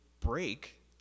break